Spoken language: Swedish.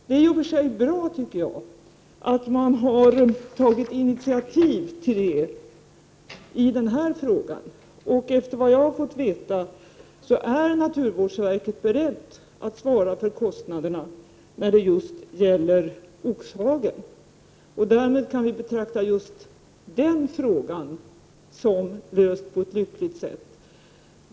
Det är i och för sig bra, tycker jag, att man har tagit initiativ till det i den här frågan, och enligt vad jag har fått veta är naturvårdsverket berett att svara för kostnaderna när det gäller just Oxhagen. Därmed kan vi betrakta just den frågan som löst på ett lyckligt sätt.